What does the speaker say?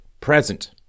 present